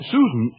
Susan